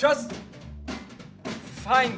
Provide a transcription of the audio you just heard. just fine